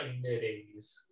mid-80s